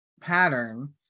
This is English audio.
pattern